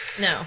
No